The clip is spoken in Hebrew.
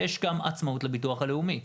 יש גם עצמאות לביטוח לאומי.